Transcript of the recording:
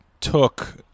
took